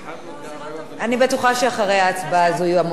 אני בטוחה שאחרי ההצבעה הזו יהיו המון תובנות.